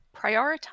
prioritize